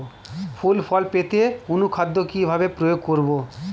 ফুল ফল পেতে অনুখাদ্য কিভাবে প্রয়োগ করব?